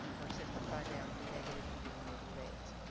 or simplify down to negative e to the negative x.